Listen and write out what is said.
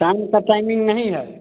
साम का टाइमिंग नहीं है